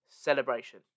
Celebration